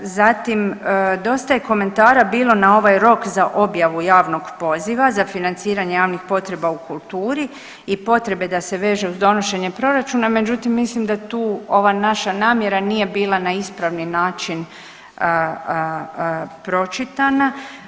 Zatim, dosta je komentara bilo na ovaj rok za objavu javnog poziva za financiranje javnih potreba u kulturi i potrebe da se veže uz donošenje proračuna, međutim, mislim da tu ova naša namjera nije bila na ispravni način pročitana.